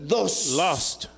Lost